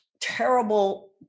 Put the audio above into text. terrible